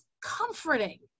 comforting